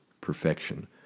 perfection